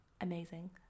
amazing